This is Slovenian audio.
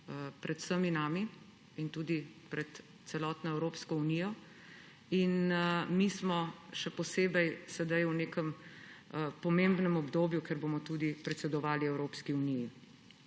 pred vsemi nami in tudi pred celotno Evropsko unijo. Mi smo sedaj v nekem še posebej pomembnem obdobju, ker bomo tudi predsedovali Evropski uniji.